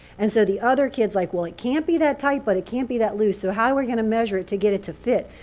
and so the other kid's like, well, it can't that tight. but it can't be that loose. so how are we going to measure it, to get it to fit?